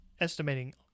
estimating